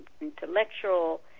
intellectual